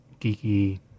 geeky